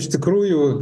iš tikrųjų